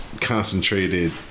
concentrated